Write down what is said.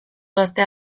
gazte